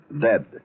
dead